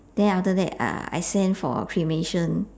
then after that uh I sent for cremation